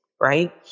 right